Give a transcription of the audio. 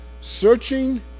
searching